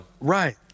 Right